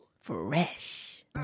Fresh